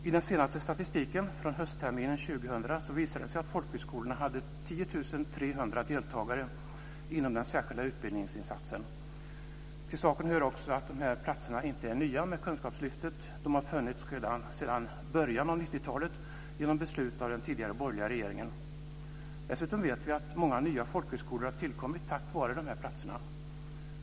I den senaste statistiken från höstterminen 2000 visar det sig att folkhögskolorna hade 10 300 deltagare inom den särskilda utbildningsinsatsen. Till saken hör också att de här platserna inte var nya när Kunskapslyftet infördes. De har funnits sedan början av 90-talet. Det fattades beslut om dem under den borgerliga regeringens tid. Dessutom vet vi att många nya folkhögskolor har tillkommit tack vare dessa platser.